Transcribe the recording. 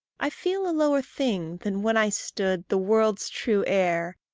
i feel a lower thing than when i stood the world's true heir,